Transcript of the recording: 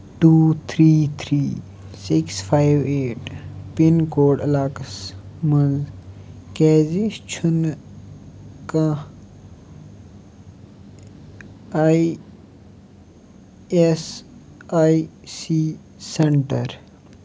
two three three six five eight pin code علاقس مَنٛز کیازِ چھُنہٕ کانٛہہ E S I C centre